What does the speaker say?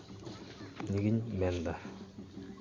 ᱱᱤᱭᱟᱹᱜᱮᱧ ᱢᱮᱱᱮᱫᱟ